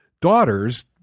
daughters